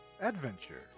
adventure